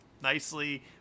nicely